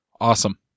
Awesome